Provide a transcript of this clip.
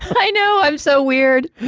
i know i'm so weird.